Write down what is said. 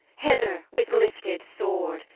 hither with lifted sword,